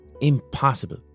impossible